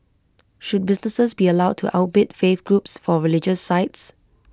should businesses be allowed to outbid faith groups for religious sites